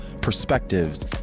perspectives